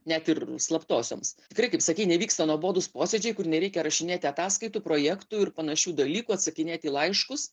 net ir slaptosioms tikrai kaip sakei nevyksta nuobodūs posėdžiai kur nereikia rašinėti ataskaitų projektų ir panašių dalykų atsakinėti į laiškus